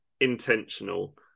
intentional